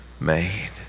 made